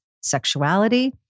sexuality